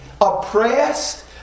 oppressed